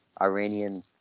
Iranian